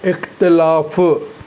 इख़्तिलाफ़ु